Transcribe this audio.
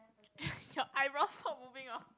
your eyebrows stop moving orh